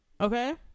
Okay